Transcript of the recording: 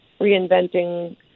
reinventing